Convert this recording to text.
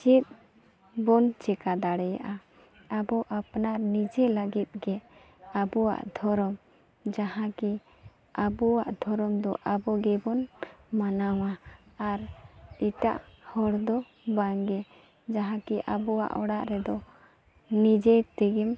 ᱪᱮᱫ ᱵᱚᱱ ᱪᱮᱠᱟ ᱫᱟᱲᱮᱭᱟᱜᱼᱟ ᱟᱵᱚ ᱟᱯᱱᱟᱨ ᱱᱤᱡᱮ ᱞᱟᱹᱜᱤᱫᱜᱮ ᱟᱵᱚᱣᱟᱜ ᱫᱷᱚᱨᱚᱢ ᱡᱟᱦᱟᱸᱜᱮ ᱟᱵᱚᱣᱟᱜ ᱫᱷᱚᱨᱚᱢ ᱫᱚ ᱟᱵᱚᱜᱮᱵᱚᱱ ᱢᱟᱱᱟᱣᱟ ᱟᱨ ᱮᱴᱟᱜ ᱦᱚᱲᱫᱚ ᱵᱟᱝᱜᱮ ᱡᱟᱦᱟᱸ ᱠᱤ ᱟᱵᱚᱣᱟᱜ ᱚᱲᱟᱜ ᱨᱮᱫᱚ ᱱᱤᱡᱮᱛᱮᱜᱮᱢ